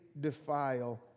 defile